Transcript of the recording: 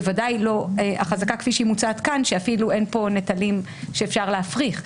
בוודאי לא החזקה כפי שהיא מוצעת כאן שאפילו אין כאן נטלים שאפשר להפריך.